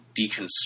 deconstruct